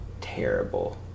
terrible